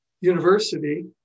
university